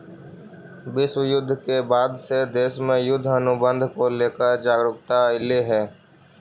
विश्व युद्ध के बाद से देश में युद्ध अनुबंध को लेकर जागरूकता अइलइ हे